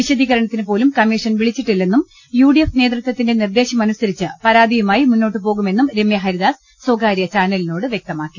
വിശദീകരണ ത്തിന് പോലും കമ്മീഷൻ വിളിച്ചിട്ടില്ലെന്നും യു ഡി എഫ് നേതൃത്വത്തിന്റെ നിർദ്ദേശമനു സരിച്ച് പരാതിയുമായി മുന്നോട്ട് പോകുമെന്നും രമ്യാഹരിദാസ് സ്വകാര്യ ചാനലി നോട് വൃക്തമാക്കി